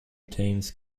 teams